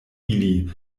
ili